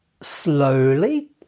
slowly